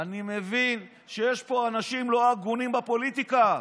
אני מבין שיש פה אנשים לא הגונים בפוליטיקה,